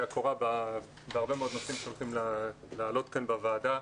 הקורה בהרבה מאוד נושאים שיעלו כאן בוועדה,